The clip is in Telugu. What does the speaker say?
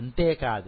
అంతేకాదు